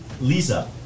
Lisa